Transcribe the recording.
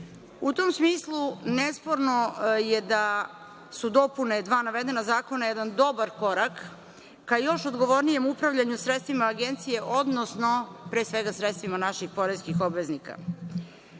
tom smislu, nesporno je da su dopune dva navedena zakona jedan dobar korak ka još odgovornijem upravljanju sredstvima Agencije, odnosno pre svega sredstvima naših poreskih obveznika. Kada